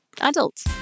adults